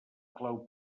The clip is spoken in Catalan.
clau